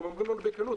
הם אומרים לנו בכנות,